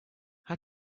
how